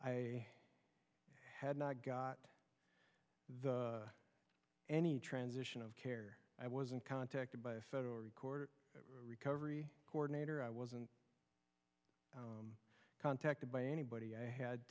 i had not got the any transition of care i wasn't contacted by a federal court recovery coordinator i wasn't contacted by anybody i had